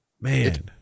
Man